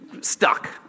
stuck